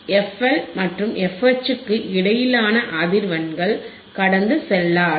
தி fL மற்றும் fH க்கு இடையிலான அதிர்வெண்கள் கடந்து செல்லாது